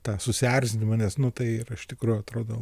tą susierzinimą nes nu tai iš tikrųjų atrodo